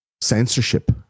censorship